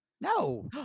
No